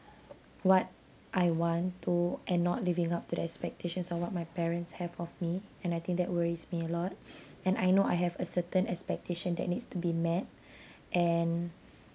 what I want to and not living up to the expectations of what my parents have of me and I think that worries me a lot and I know I have a certain expectation that needs to be met and